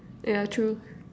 yeah true